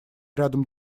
рядом